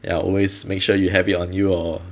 ya always make sure you have you on you or